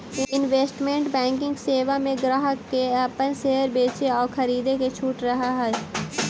investment banking सेवा में ग्राहक के अपन शेयर बेचे आउ खरीदे के छूट रहऽ हइ